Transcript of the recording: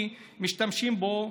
כי משתמשים בו,